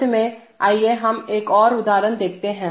अंत में आइए हम एक और उदाहरण देखते हैं